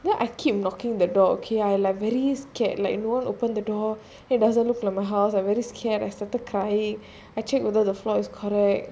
then I keep knocking the door okay I like very scared like no one open the door it doesn't look like my house I very scared I started crying I check whether the floor is correct